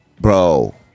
bro